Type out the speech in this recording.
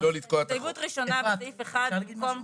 הסתייגות ראשונה, בסעיף 1 במקום: